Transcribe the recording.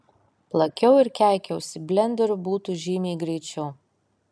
plakiau ir keikiausi blenderiu būtų žymiai greičiau